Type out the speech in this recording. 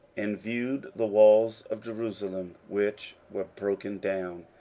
and viewed the walls of jerusalem, which were broken down,